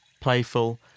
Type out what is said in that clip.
playful